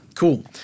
Cool